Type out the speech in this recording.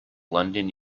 london